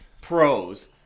Pros